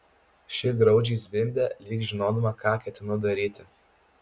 ši graudžiai zvimbė lyg žinodama ką ketinu daryti